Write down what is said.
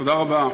תודה רבה.